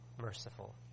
merciful